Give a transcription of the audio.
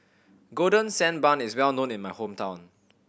Golden Sand Bun is well known in my hometown